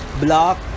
block